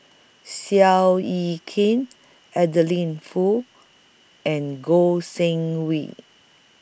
Seow Yit Kin Adeline Foo and Goh Seng Swee